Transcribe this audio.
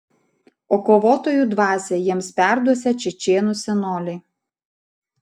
o kovotojų dvasią jiems perduosią čečėnų senoliai